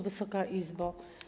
Wysoka Izbo!